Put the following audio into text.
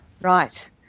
right